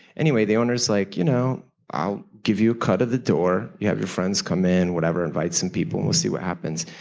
anyway, the owners like, you know i'll give you a cut of the door. you have your friends come in whatever, invite some people and we'll see what happens.